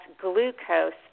glucose